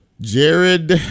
Jared